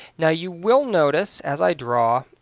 now you will notice as i draw,